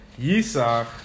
Yisach